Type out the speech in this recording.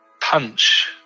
punch